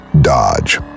Dodge